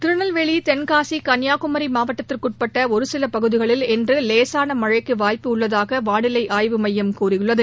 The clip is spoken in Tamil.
திருநெல்வேலி தென்காசி கன்னியாகுமி மாவட்டத்திற்குட்பட்ட ஒரு சில பகுதிகளில் இன்று லேசான மழைக்கு வாய்ப்ப உள்ளதாக வானிலை ஆய்வு மையம் கூறியுள்ளது